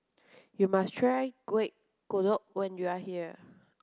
you must try Kueh Kodok when you are here